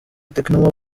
tecno